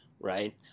right